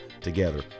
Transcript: together